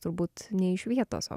turbūt ne iš vietos o